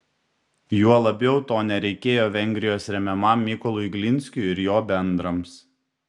juo labiau to nereikėjo vengrijos remiamam mykolui glinskiui ir jo bendrams